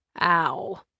Ow